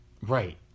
Right